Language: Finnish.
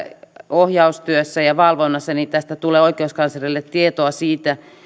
ohjaustyössä ja valvonnassa tästä tulee oikeuskanslerille tietoa siitä